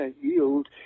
yield